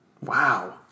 wow